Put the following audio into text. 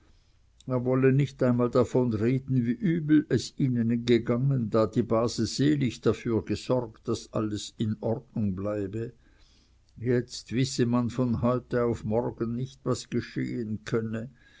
er wolle nicht einmal davon reden wie übel es ihnen gegangen da die base selig dafür gesorgt daß alles in ordnung bleibe jetzt wisse man von heute auf morgen nicht was geschehen könnte